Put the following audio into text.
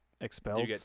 expelled